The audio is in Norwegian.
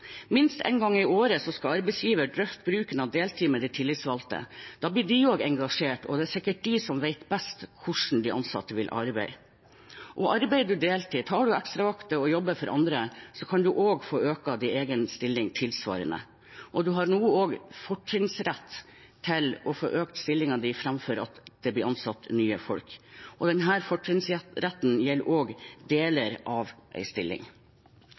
Minst én gang i året skal arbeidsgiveren drøfte bruken av deltid med de tillitsvalgte. Da blir de også engasjert, og det er sikkert de som vet best hvordan de ansatte vil arbeide. Arbeider man deltid, tar ekstravakter og jobber for andre, kan man også få økt sin egen stilling tilsvarende. Man har nå også fortrinnsrett til å få økt stillingen sin framfor at det blir ansatt nye. Denne fortrinnsretten gjelder også deler av en stilling. Jeg tror vi kan si det sånn at vi har et lovverk og